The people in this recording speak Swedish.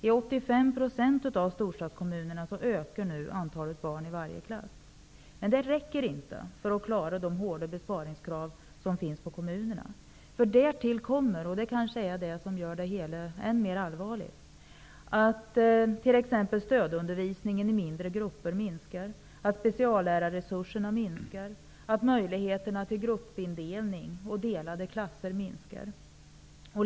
I 85 % av storstadskommunerna ökar nu antalet barn i varje klass. Men det räcker inte för att klara de hårda besparingskrav som finns på kommunerna. Därtill kommer -- och det är kanske det som gör det ännu allvarligare -- att t.ex. stödundervisningen i mindre grupper minskar, att speciallärarresurserna minskar och att möjligheterna till gruppindelning och delade klasser minskar.